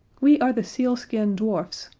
we are the sealskin dwarfs,